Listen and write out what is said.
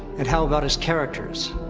and how about his characters?